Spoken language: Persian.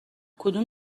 کدوم